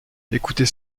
écoutez